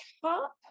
top